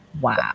Wow